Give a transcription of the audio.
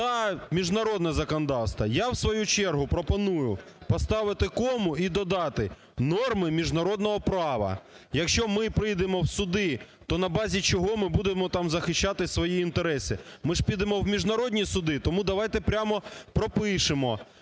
та міжнародне законодавство. Я в свою чергу, пропоную поставити кому і додати "норми міжнародного права". Якщо ми прийдемо в суди, то на базі чого ми будемо там захищати свої інтереси? Ми ж підемо в міжнародні суди, тому давайте прямо пропишемо,